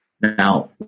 Now